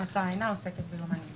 ההצעה אינה עוסקת ביומנים אישיים.